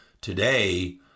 today